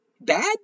bad